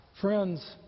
Friends